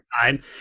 time